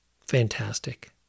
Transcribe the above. Fantastic